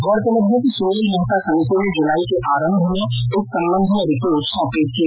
गौरतलब है कि सुनील मेहता समिति ने जूलाई के आरंभ में इस संबंध में रिपोर्ट सौंपी थी